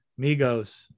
Migos